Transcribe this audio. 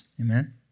Amen